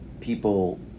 people